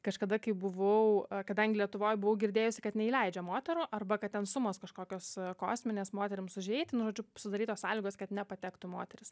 kažkada kai buvau kadangi lietuvoj buvau girdėjusi kad neįleidžia moterų arba kad ten sumos kažkokios kosminės moterims užeiti nu žodžiu sudarytos sąlygos kad nepatektų moterys